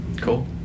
cool